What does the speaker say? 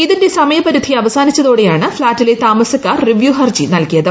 ഇതിന്റെ സമയപരിധി അവസാനിച്ചതോടെയാണ് ഫ്ളാറ്റിലെ താമസക്കാർ റിവ്യൂ ഹർജി നൽകിയത്